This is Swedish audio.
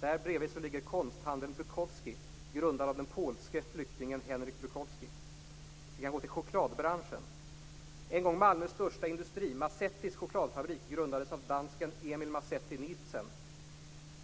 Där bredvid ligger konsthandeln Bukowskis, grundat av den polske flyktingen Henryk Bukowski. Vi kan gå till chokladbranschen. En gång Malmös största industri, Mazettis chokladfabrik, grundades av dansken Emil Mazetti Nilsen.